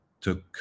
took